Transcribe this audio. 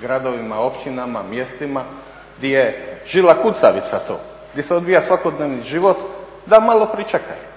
gradovima, općinama, mjestima gdje je žila kucavica toga, gdje se odvija svakodnevni život da malo pričekaju.